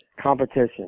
competition